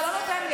אתה לא נותן לי.